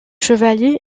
chevalier